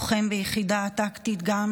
לוחם ביחידה הטקטית לחילוץ מיוחד,